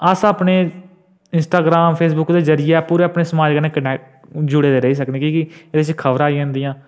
खाल्ली